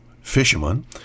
fisherman